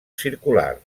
circular